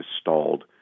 stalled